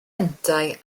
yntau